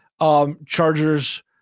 Chargers